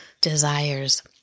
desires